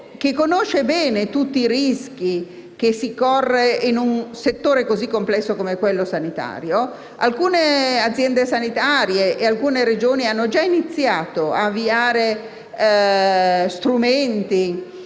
che conosce bene tutti i rischi che si corrono in un settore così complesso come quello sanitario, alcune aziende sanitarie e Regioni hanno già iniziato ad avviare centri